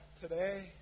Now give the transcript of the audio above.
today